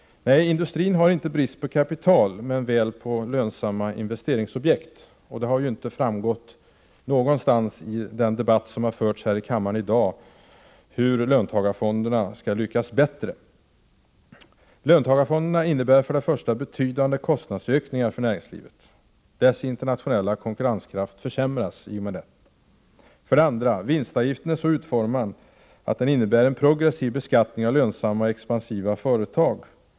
Nej, industrin har inte brist på kapital men väl på lönsamma investeringsobjekt. Det har inte framgått från något håll i den debatt som har förts i kammaren i dag hur löntagarfonderna skall lyckas bättre. Löntagarfonderna innebär för det första betydande kostnadsökningar för näringslivet — dess internationella konkurrenskraft försämras. För det andra: Vinstavgiften är så utformad att den innebär en progressiv beskattning av lönsamma och expansiva företag.